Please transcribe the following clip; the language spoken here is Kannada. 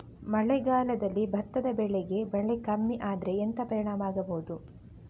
ಮಳೆಗಾಲದಲ್ಲಿ ಭತ್ತದ ಬೆಳೆಗೆ ಮಳೆ ಕಮ್ಮಿ ಆದ್ರೆ ಎಂತ ಪರಿಣಾಮ ಆಗಬಹುದು?